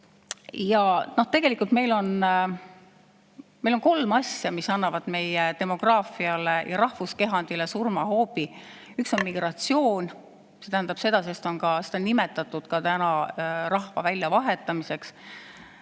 Ja tegelikult meil on kolm asja, mis annavad meie demograafiale ja rahvuskehandile surmahoobi. Üks on migratsioon, seda on täna nimetatud ka rahva väljavahetamiseks,